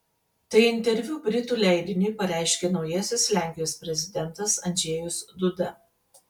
tai interviu britų leidiniui pareiškė naujasis lenkijos prezidentas andžejus duda